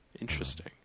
Interesting